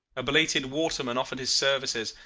a belated waterman offered his services,